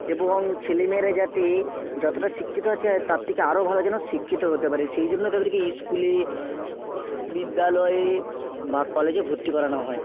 এবং ছেলে মেয়েরা যাতে যতটা শিক্ষিত আছে তার থেকে আরও ভালো যেন শিক্ষিত হতে পারে সেই জন্য তাদেরকে স্কুলে বিদ্যালয়ে বা কলেজে ভর্তি করানো হয়